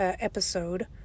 episode